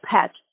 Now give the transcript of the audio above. pet